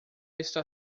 está